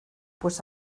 pues